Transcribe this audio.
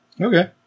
Okay